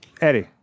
Eddie